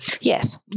Yes